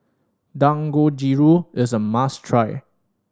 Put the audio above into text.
dangojiru is a must try